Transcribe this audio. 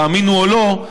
תאמינו או לא,